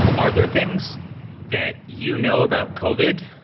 are there things that you know about covid